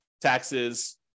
taxes